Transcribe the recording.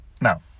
Now